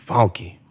Funky